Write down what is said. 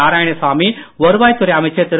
நாராயணசாமி வருவாய்த் துறை அமைச்சர் திரு